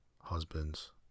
husbands